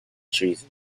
treason